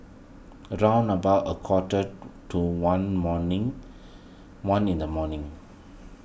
round about a quarter to one morning one in the morning